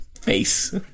face